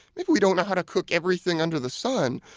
maybe we don't know how to cook everything under the sun,